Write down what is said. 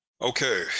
Okay